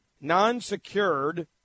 non-secured